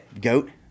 Goat